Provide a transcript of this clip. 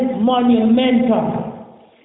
monumental